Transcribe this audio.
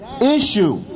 issue